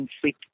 sleep